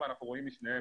ואנחנו רואים משניהם,